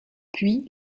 puis